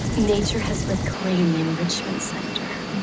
nature has reclaimed the enrichment center.